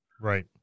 Right